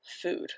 food